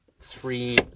three